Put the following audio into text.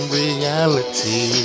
reality